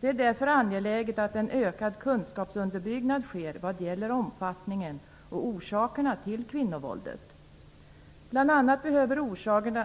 Det är därför angeläget att en ökad kunskapsunderbyggnad sker vad gäller omfattningen och orsakerna till kvinnovåldet. Bl.a. behöver